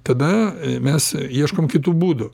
tada mes ieškom kitų būdų